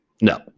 No